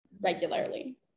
regularly